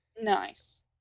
nice